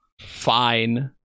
Fine